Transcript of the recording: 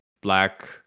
black